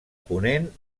ponent